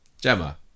Gemma